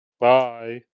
Bye